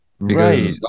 right